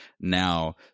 now